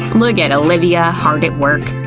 look at olivia, hard at work!